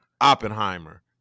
Oppenheimer